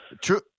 True